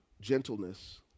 gentleness